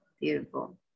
beautiful